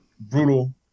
brutal